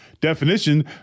definition